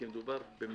כי מדובר במאות